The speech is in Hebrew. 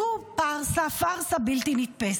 זו פארסה בלתי נתפסת.